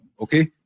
Okay